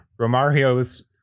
Romario's